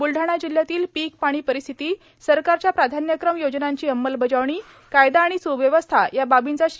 ब्लढाणा जिल्ह्यातील पीक पाणी परिस्थिती सरकारच्या प्राधान्यक्रम योजनांची अंमलबजावणी कायदा आणि स्व्यवस्था या बाबींचा श्री